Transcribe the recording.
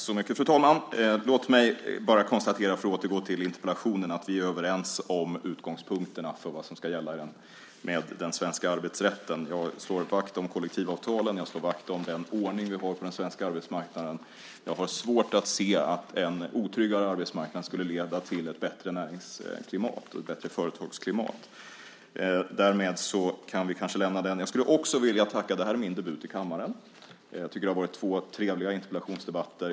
Fru talman! Låt mig konstatera - för att återgå till interpellationen - att vi är överens om utgångspunkterna för vad som ska gälla för den svenska arbetsrätten. Jag slår vakt om kollektivavtalen. Jag slår vakt om den ordning vi har på den svenska arbetsmarknaden. Jag har svårt att se att en otryggare arbetsmarknad skulle leda till ett bättre näringsklimat och ett bättre företagsklimat. Därmed kan vi lämna den frågan. Jag vill också tacka. Det här är min debut i kammaren. Det har varit två trevliga interpellationsdebatter.